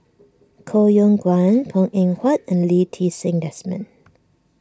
Koh Yong Guan Png Eng Huat and Lee Ti Seng Desmond